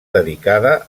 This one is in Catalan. dedicada